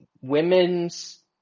women's